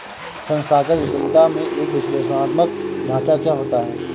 संस्थागत उद्यमिता में एक विश्लेषणात्मक ढांचा क्या होता है?